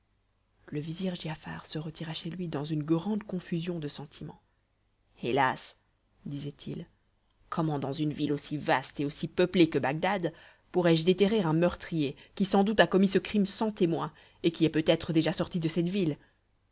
le vizir giafar se retira chez lui dans une grande confusion de sentiments hélas disait-il comment dans une ville aussi vaste et aussi peuplée que bagdad pourrai-je déterrer un meurtrier qui sans doute a commis ce crime sans témoin et qui est peut-être déjà sorti de cette ville